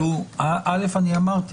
אמרתי